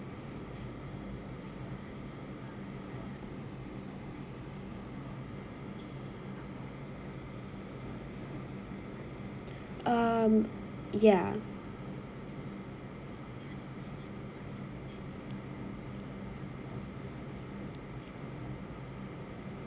um ya